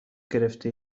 گرفته